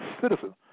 citizen